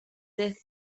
death